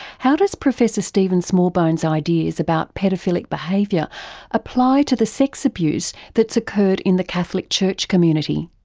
how does professor stephen smallbone's ideas about paedophilic behaviour apply to the sex abuse that's occurred in the catholic church community?